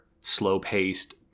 slow-paced